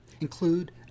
include